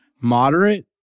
moderate